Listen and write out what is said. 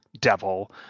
devil